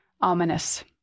Ominous